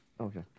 Okay